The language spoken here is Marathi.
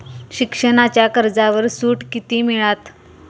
शिक्षणाच्या कर्जावर सूट किती मिळात?